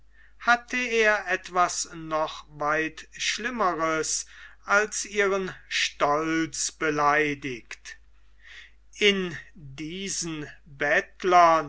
hatte er etwas noch weit schlimmeres als ihren stolz beleidigt in diesen bettlern